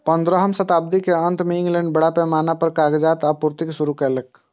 पंद्रहम शताब्दीक अंत मे इंग्लैंड बड़ पैमाना पर कागजक आपूर्ति शुरू केलकै